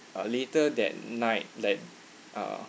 later that night like err